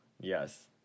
Yes